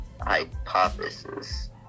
hypothesis